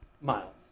miles